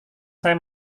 saya